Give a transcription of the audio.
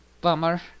Bummer